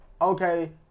okay